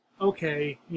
okay